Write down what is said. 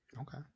Okay